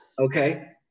Okay